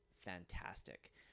fantastic